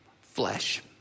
flesh